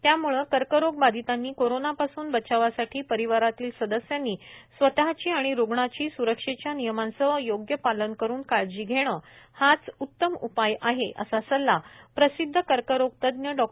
त्याम्ळे कर्करोगबाधितांनी कोरोनापासून बचावासाठी परिवारातील सदस्यांनी स्वतची आणि रुग्णाची सुरक्षेच्या नियमांचे योग्य पालन करून काळजी घेणे हाच उत्तम उपाय आहे असा सल्ला प्रसिद्ध कर्करोगतज्ज्ञ डॉ